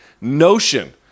notion